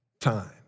time